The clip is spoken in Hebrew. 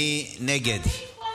מי נגד?